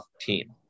team